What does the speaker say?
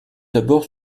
d’abord